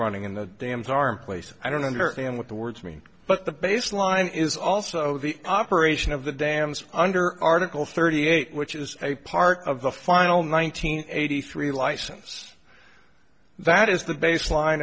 running in the dams are in place i don't understand what the words mean but the baseline is also the operation of the dams under article thirty eight which is a part of the final nine hundred eighty three license that is the baseline